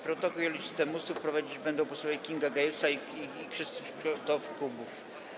Protokół i listę mówców prowadzić będą posłowie Kinga Gajewska i Krzysztof Kubów.